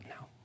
now